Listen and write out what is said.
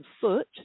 foot